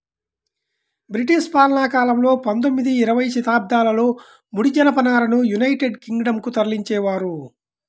British పాలనాకాలంలో పందొమ్మిది, ఇరవై శతాబ్దాలలో ముడి జనపనారను యునైటెడ్ కింగ్ డం కు తరలించేవారు